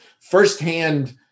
firsthand